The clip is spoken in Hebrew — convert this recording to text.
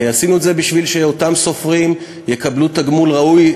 עשינו את זה כדי שאותם סופרים יקבלו תגמול ראוי